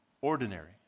Ordinary